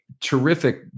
terrific